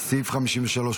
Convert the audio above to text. הסתייגות 53 א'